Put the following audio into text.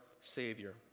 Savior